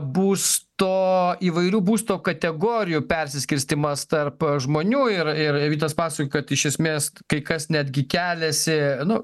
būsto įvairių būsto kategorijų persiskirstymas tarp žmonių yra ir ir ir vytas paso kad iš esmės kai kas netgi keliasi nu